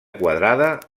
quadrada